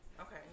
Okay